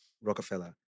Rockefeller